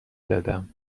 دادم